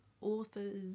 authors